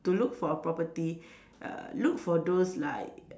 to look for a property uh look for those like